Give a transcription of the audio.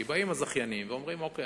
כי באים הזכיינים ואומרים: אוקיי,